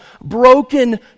broken